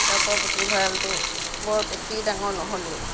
কিতাপৰ পুথিভঁড়ালটো বৰ বেছি ডাঙৰ নহ'লেও